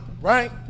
right